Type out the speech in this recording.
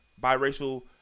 biracial